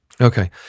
okay